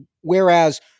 Whereas